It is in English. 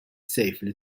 safely